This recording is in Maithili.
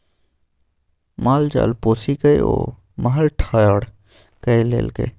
माल जाल पोसिकए ओ महल ठाढ़ कए लेलकै